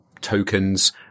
tokens